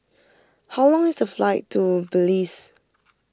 how long is the flight to Belize